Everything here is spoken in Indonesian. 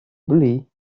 beli